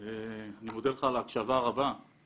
היא בעצם להקדיש את המכון לפעילות של ספורט הישגי.